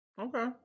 Okay